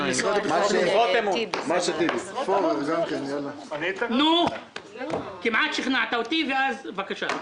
392. כמעט שכנעת אותי, ואז, בבקשה.